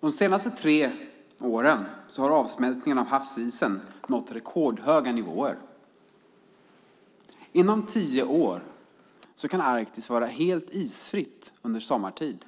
De senaste tre åren har avsmältningen av havsisen nått rekordhöga nivåer. Inom tio år kan Arktis vara helt isfritt under sommartid.